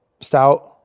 stout